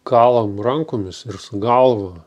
kalam rankomis ir su galva